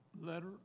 letter